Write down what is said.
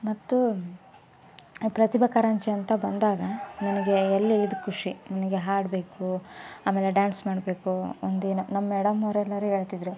ಮತ್ತು ಅದು ಪ್ರತಿಭಾ ಕಾರಂಜಿ ಅಂತ ಬಂದಾಗ ನನಗೆ ಎಲ್ಲಿಲ್ಲದ ಖುಷಿ ನನಗೆ ಹಾಡಬೇಕು ಆಮೇಲೆ ಡ್ಯಾನ್ಸ್ ಮಾಡಬೇಕು ಒಂದೇನು ನಮ್ಮ ಮೇಡಮ್ ಅವರೆಲ್ಲರೂ ಹೇಳ್ತಿದ್ರು